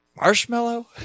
Marshmallow